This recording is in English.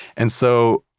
and so,